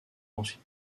ensuite